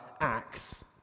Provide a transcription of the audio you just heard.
acts